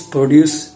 Produce